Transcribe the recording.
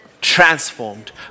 transformed